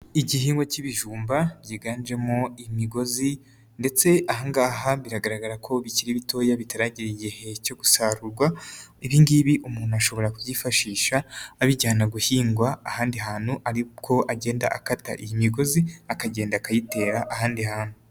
Igihingwa k'ibijumba byiganjemo imigozi ndetse aha ngaha biragaragara ko bikiri bitoya bitaragera igihe cyo gusarurwa, ibi ngibi umuntu ashobora kubyifashisha abijyana guhingwa ahandi hantu, ari ko agenda akata iyi migozi akagenda akayitera ahandi hantu.